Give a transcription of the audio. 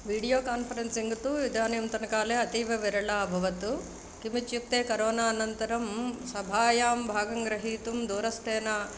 video conferencings तु इदानीन्तनकाले अतीव विरलाअभवत् किमित्युक्ते करोना अनन्तरं सभायां भागं गृहीतुं दूरस्थेन